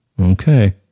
Okay